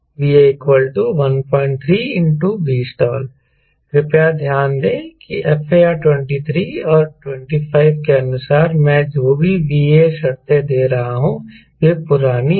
VA 13 ∗ Vstall कृपया ध्यान दें कि FAR 23 और 25 के अनुसार मैं जो भी VA शर्तें दे रहा हूं वे पुरानी हैं